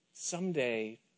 Someday